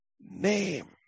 name